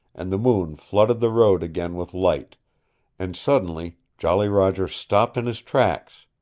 and the moon flooded the road again with light and suddenly jolly roger stopped in his tracks,